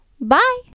bye